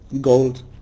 gold